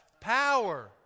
Power